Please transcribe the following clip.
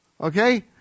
okay